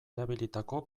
erabilitako